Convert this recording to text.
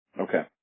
Okay